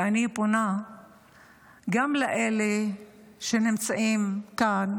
אני פונה גם לאלה שנמצאים כאן,